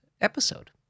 episode